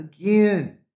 again